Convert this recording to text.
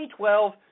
2012